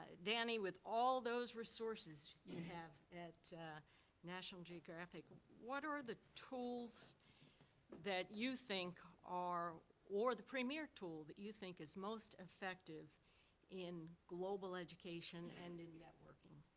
danny, with all those resources you have at national geographic, what are the tools that you think. or the premiere tool that you think is most effective in global education and in networking?